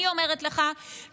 אני אומרת לך,